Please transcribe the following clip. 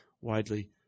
widely